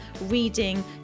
reading